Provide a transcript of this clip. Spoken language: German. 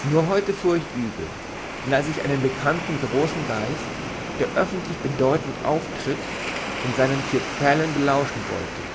nur heute fuhr ich übel denn als ich einen bekannten großen geist der öffentlich bedeutend auftritt in seinen vier pfählen belauschen wollte